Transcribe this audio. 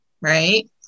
right